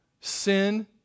sin